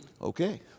Okay